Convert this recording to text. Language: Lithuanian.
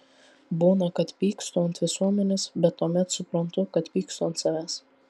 būna kad pykstu ant visuomenės bet tuomet suprantu kad pykstu ant savęs